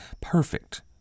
perfect